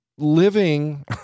Living